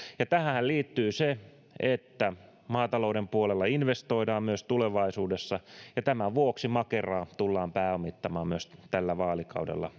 ja tähänhän liittyy se että maatalouden puolella investoidaan myös tulevaisuudessa ja tämän vuoksi makeraa eli maatilatalouden kehittämisrahastoa tullaan pääomittamaan myös tällä vaalikaudella